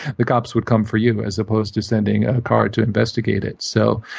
the cops would come for you as opposed to sending a car to investigate it. so,